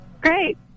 Great